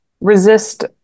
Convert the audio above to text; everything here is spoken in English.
resist